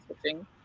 switching